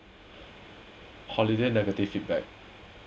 holiday negative feedback